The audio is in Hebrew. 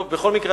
בכל מקרה,